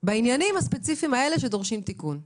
בעניינים הספציפיים האלה שדורשים תיקון?